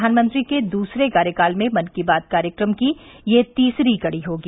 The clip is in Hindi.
प्रधानमंत्री के दूसरे कार्यकाल में मन की बात कार्यक्रम की यह तीसरी कड़ी होगी